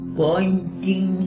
pointing